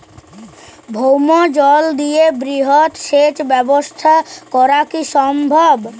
ভৌমজল দিয়ে বৃহৎ সেচ ব্যবস্থা করা কি সম্ভব?